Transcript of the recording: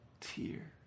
tear